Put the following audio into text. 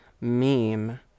meme